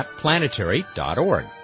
planetary.org